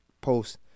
post